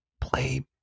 play